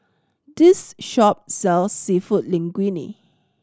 this shop sells Seafood Linguine